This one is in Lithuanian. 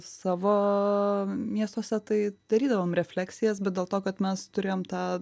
savo miestuose tai darydavom refleksijas bet dėl to kad mes turėjom tą